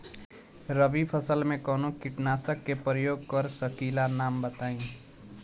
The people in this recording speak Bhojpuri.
रबी फसल में कवनो कीटनाशक के परयोग कर सकी ला नाम बताईं?